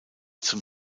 zum